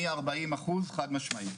מ-40% חד משמעית.